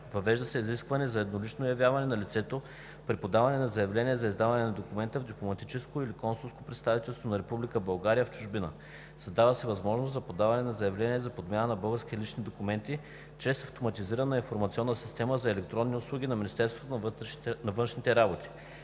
Въвежда се изискване за еднолично явяване на лицето – при подаване на заявлението за издаване на документа в дипломатическо или консулско представителство на Република България в чужбина. Създава се възможност за подаване на заявления за подмяна на български лични документи чрез автоматизираната информационна система за електронни услуги на Министерството на външните работи.